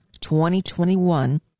2021